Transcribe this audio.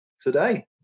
today